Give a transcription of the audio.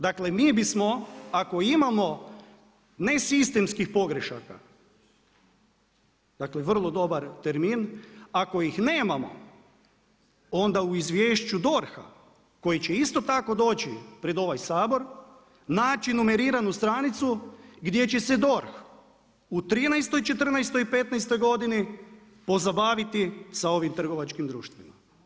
Dakle mi bismo ako imamo ne sistemskih pogrešaka, dakle vrlo dobar termin, ako ih nemamo onda u izvješću DORH-a koji će isto tako doći pred ovaj Sabor naći numeriranu stranicu gdje će se DORH u trinaestoj, četrnaestoj i petnaestoj godini pozabaviti sa ovim trgovačkim društvima.